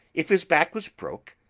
if his back was broke,